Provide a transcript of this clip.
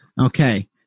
Okay